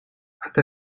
hasta